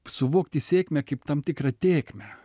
suvokti sėkmę kaip tam tikrą tėkmę